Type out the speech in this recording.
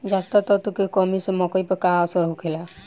जस्ता तत्व के कमी से मकई पर का असर होखेला?